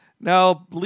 Now